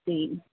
ਅਤੇ